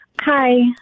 Hi